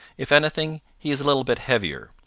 if anything, he is a little bit heavier.